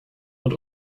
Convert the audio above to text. und